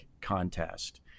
contest